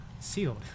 Sealed